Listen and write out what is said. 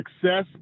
success